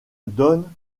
donne